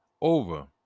over